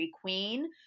Queen